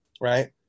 right